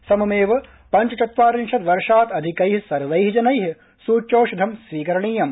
सममेव पञ्चचत्वारिशत् वर्षात् अधिकै सर्वै जनै सूच्यौषधं स्वीकरणीयम्